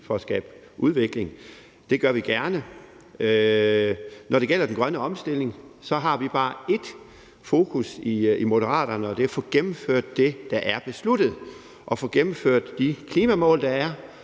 for at skabe udvikling, og det gør vi gerne. Når det gælder den grønne omstilling, har vi i Moderaterne bare ét fokus, og det er at få gennemført det, der er besluttet, at få gennemført de klimamål, der er,